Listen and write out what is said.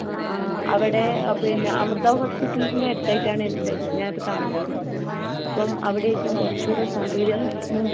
അ അ അവിടെ പിന്നെ അമൃതാ ഹോസ്പിറ്റലിൻ്റെ അടുത്ത് ആയിട്ടാണ് എൻ്റെ ഇത് ഞാൻ ഇപ്പോൾ താമസിക്കുന്നത് അപ്പം അവിടെ ആയിരിക്കും കുറച്ച് കൂടെ സൗകര്യം മീൻസ്